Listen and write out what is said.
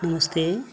नमस्ते